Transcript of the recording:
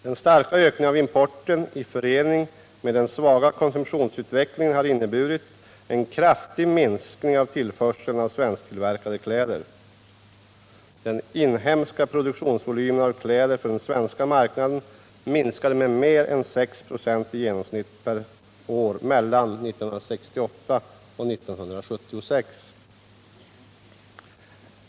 Den starka ökningen av importen i förening med den svaga konsumtionsutvecklingen har inneburit en kraftig minskning av tillförseln av svensktillverkade kläder. Den inhemska produktionsvolymen av kläder för den svenska marknaden minskade med mer än 6 96 i genomsnitt per år mellan 1968 och 1976.